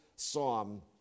psalm